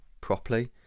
properly